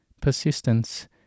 persistence